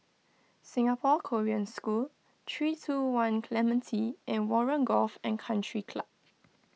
Singapore Korean School three two one Clementi and Warren Golf and Country Club